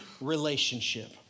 relationship